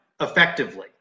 effectively